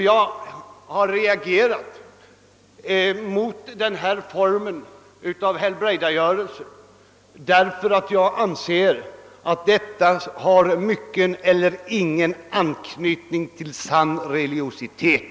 Jag har reagerat mot denna form av helbrägdagörelse därför att jag anser att detta har mycket liten eller ingen anknytning till sann religiositet.